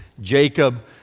Jacob